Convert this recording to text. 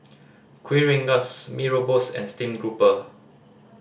Kuih Rengas Mee Rebus and stream grouper